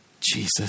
Jesus